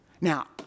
Now